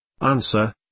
Answer